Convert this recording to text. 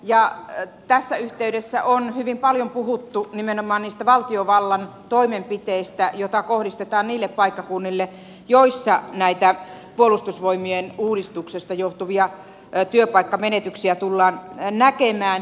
ja tässä yhteydessä on hyvin paljon puhuttu nimenomaan niistä valtiovallan toimenpiteistä joita kohdistetaan niille paikkakunnille missä näitä puolustusvoimien uudistuksesta johtuvia työpaikkamenetyksiä tullaan näkemään